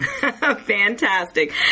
fantastic